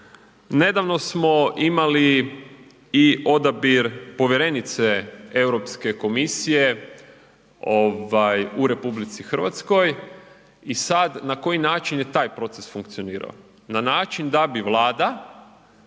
Nedavno smo imali i odabir povjerenice Europske komisije u RH i sada na koji način je taj proces funkcionirao, na način da bi Vlada